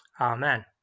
Amen